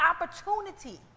opportunity